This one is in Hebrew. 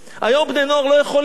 היום בני-נוער לא יכולים.